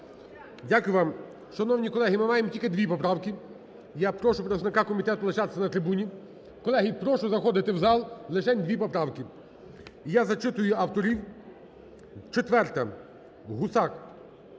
Дякую вам. Шановні колеги, ми маємо тільки дві поправки. Я прошу представника комітету лишатися на трибуні. Колеги, прошу заходити в зал. Лишень дві поправки. Я зачитую авторів. 4-а, Гусак.